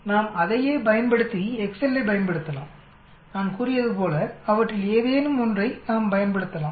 நாம் அதையே பயன்படுத்தி எக்செல்லைப் பயன்படுத்தலாம்நான் கூறியது போல அவற்றில் ஏதேனும் ஒன்றை நாம் பயன்படுத்தலாம்